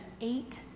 eight